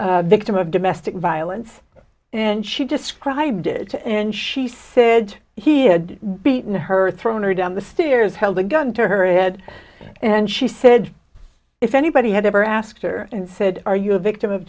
a victim of domestic violence and she described it and she said he had beaten her thrown her down the stairs held a gun to her head and she said if anybody had ever asked her and said are you a victim of